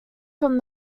from